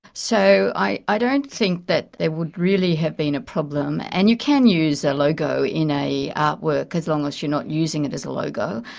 so i i don't think that there would really have been a problem, and you can use a logo in an artwork as long as you're not using it as a logo.